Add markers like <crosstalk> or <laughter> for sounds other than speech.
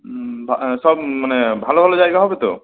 <unintelligible> সব মানে ভালো ভালো জায়গা হবে তো